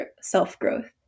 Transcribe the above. self-growth